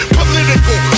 political